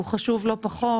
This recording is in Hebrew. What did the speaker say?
הוא חשוב לא פחות.